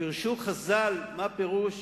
ופירשו חז"ל, מה פירוש